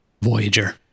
Voyager